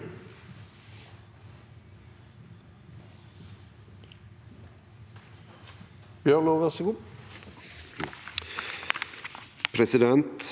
Presidenten